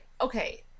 okay